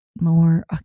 more